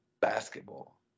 basketball